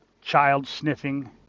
child-sniffing